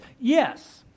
yes